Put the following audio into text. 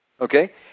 Okay